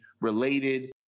related